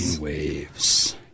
waves